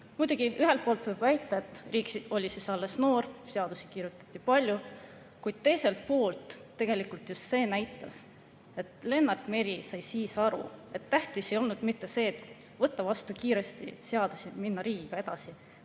Muidugi, ühelt poolt võib väita, et riik oli siis alles noor, seadusi kirjutati palju, kuid teiselt poolt tegelikult just see näitas, et Lennart Meri sai aru, et tähtis ei olnud mitte see, et võtta kiiresti vastu seadusi, minna riigiga edasi,